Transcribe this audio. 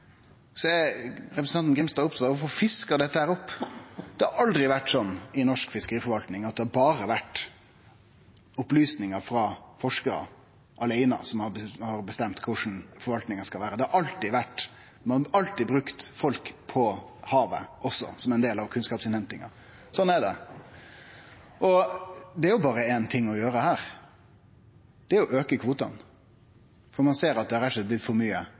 så forvirringa er komplett og total. Representanten Grimstad er opptatt å få fiska dette opp. Det har aldri vore slik i norsk fiskeriforvalting at det berre har vore opplysningar frå forskarar som har bestemt korleis forvaltinga skal vere. Ein har alltid brukt også folk på havet som ein del av kunnskapsinnhentinga. Slik er det. Det er berre éin ting å gjere her. Det er å auke kvotane når ein ser at det rett og slett har blitt for